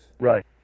Right